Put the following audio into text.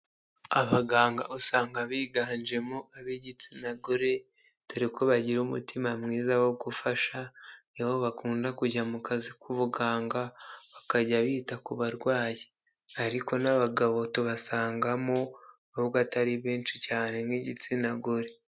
Abaganga usanga biganjemo ab'igitsina gore, dore ko bagira umutima mwiza wo gufasha, ni bo bakunda kujya mu kazi k'ubuganga, bakajya bita ku barwayi. Ariko n'abagabo tubasangamo, nubwo atari benshi cyane nk'igitsina gore.